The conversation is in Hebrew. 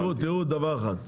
תראו דבר אחד.